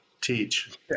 teach